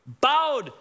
bowed